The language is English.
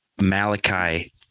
Malachi